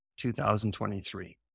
2023